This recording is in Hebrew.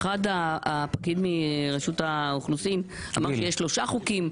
אחד הפקידים מרשות האוכלוסין אמר שיש שלושה חוקים.